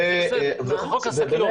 לא קשור.